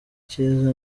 cyiza